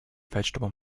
vegetable